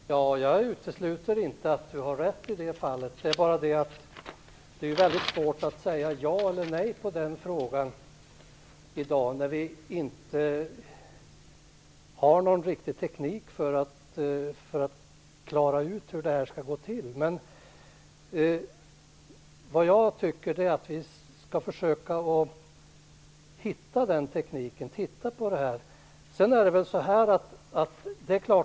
Herr talman! Jag utesluter inte att Per Rosengren har rätt i det fallet. Det är bara det att det är mycket svårt att svara ja eller nej på den frågan i dag när vi inte har någon riktig teknik för att klara ut hur det skall gå till. Jag tycker att vi skall titta på det här och försöka hitta den tekniken.